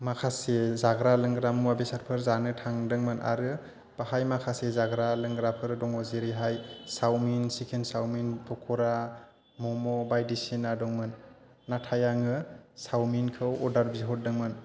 माखासे जाग्रा लोंग्रा मुवा बेसादफोर जानो थांदोंमोन आरो बाहाय माखासे जाग्रा लोंग्राफोर दङ जेरैहाय सावमिन चिकेन सावमिन पक'रा मम' बायदिसिना दंमोन नाथाय आङो सावमिनखौ अर्डार बिहरदोंमोन